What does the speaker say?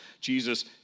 Jesus